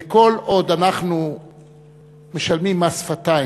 וכל עוד אנחנו משלמים מס שפתיים,